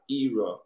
era